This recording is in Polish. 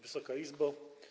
Wysoka Izbo!